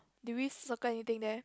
did we circle anything there